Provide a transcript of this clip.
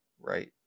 right